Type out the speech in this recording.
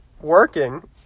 working